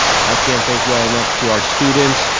i can't thank you all enough to our students,